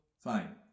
Fine